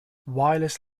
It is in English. wireless